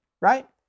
Right